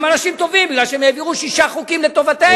הם אנשים טובים מפני שהם העבירו שישה חוקים לטובתנו.